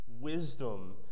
wisdom